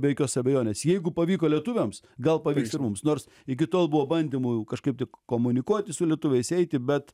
be jokios abejonės jeigu pavyko lietuviams gal pavyks ir mums nors iki tol buvo bandymų kažkaip tai komunikuoti su lietuviais eiti bet